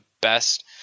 best